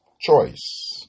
Choice